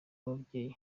y’ababyeyi